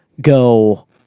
go